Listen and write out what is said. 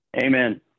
Amen